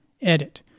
Edit